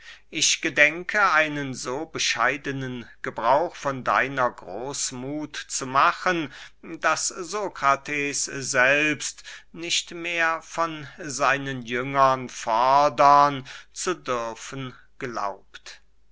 ich gedenke einen so bescheidenen gebrauch von deiner großmuth zu machen daß sokrates selbst nicht mehr von seinen jüngern fordern zu dürfen glaubt